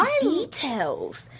details